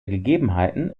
gegebenheiten